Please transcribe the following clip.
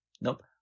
Nope